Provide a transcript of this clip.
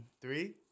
Three